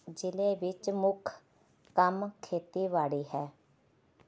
ਜ਼ਿਲ੍ਹੇ ਵਿੱਚ ਮੁੱਖ ਕੰਮ ਖੇਤੀਬਾੜੀ ਹੈ